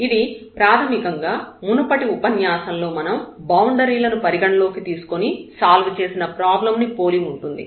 ఇది ప్రాథమికంగా మునుపటి ఉపన్యాసంలో మనం బౌండరీ లను పరిగణలోకి తీసుకొని సాల్వ్ చేసిన ప్రాబ్లం ను పోలి ఉంటుంది